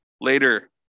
later